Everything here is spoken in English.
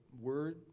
word